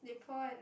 they poor and